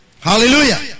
Hallelujah